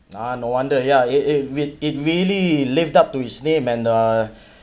ah no wonder ya it it it it really lived up to his name and uh